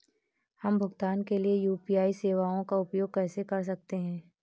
हम भुगतान के लिए यू.पी.आई सेवाओं का उपयोग कैसे कर सकते हैं?